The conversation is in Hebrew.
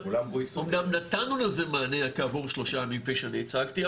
אמנם נתנו לזה מענה כעבור שלושה ימים כפי שאני הצגתי,